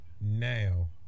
now